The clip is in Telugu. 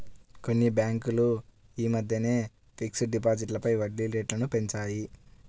కొన్ని బ్యేంకులు యీ మద్దెనే ఫిక్స్డ్ డిపాజిట్లపై వడ్డీరేట్లను పెంచాయి